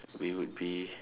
we would be